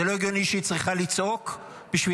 זה לא הגיוני שהיא צריכה לצעוק בשביל